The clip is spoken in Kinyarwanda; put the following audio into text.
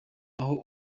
aho